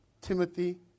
Timothy